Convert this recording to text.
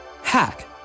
Hack